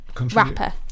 rapper